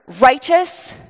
righteous